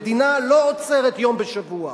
מדינה לא עוצרת יום בשבוע.